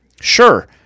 Sure